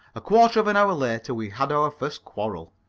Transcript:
a quarter of an hour later we had our first quarrel.